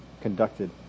conducted